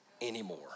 anymore